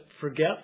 forget